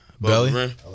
Belly